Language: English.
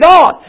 God